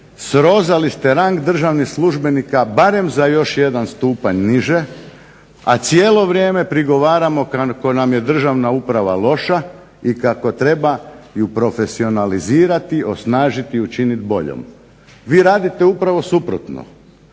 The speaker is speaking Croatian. srozali ste rang državnih službenika barem za još jedan stupanj niže, a cijelo vrijeme ponavljamo kako nam je državna uprava loša i kako treba ju profesionalizirati, osnažiti i učiniti boljom. Vi radite upravo suprotno.